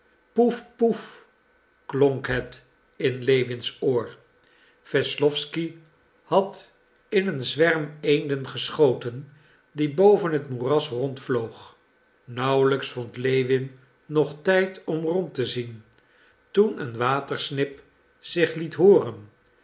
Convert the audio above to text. poef paf klonk het in lewins oor wesslowsky had in een zwerm eenden geschoten die boven het moeras rondvloog nauwlijks vond lewin nog tijd om rond te zien toen een watersnip zich liet hooren